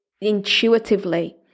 intuitively